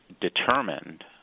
determined